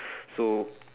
so